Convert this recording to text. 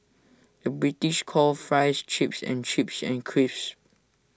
the British calls Fries Chips and Chips Crisps